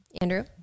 Andrew